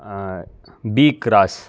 B cross